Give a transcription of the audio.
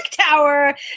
tower